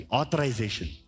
authorization